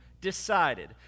decided